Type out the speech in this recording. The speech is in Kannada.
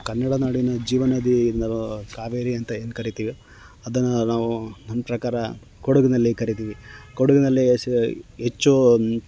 ಕನ್ನಡ ನಾಡಿನ ಜೀವನದಿ ಎಂದು ಕಾವೇರಿ ಅಂತ ಏನು ಕರಿತೀವಿ ಅದನ್ನು ನಾವು ನನ್ನ ಪ್ರಕಾರ ಕೊಡಗಿನಲ್ಲಿ ಕರಿತೀವಿ ಕೊಡಗಿನಲ್ಲಿ ಹೆಚ್ಚು